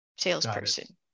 Salesperson